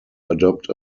adopt